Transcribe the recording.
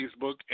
Facebook